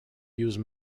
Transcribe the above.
use